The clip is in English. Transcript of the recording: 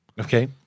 Okay